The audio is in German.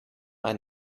ein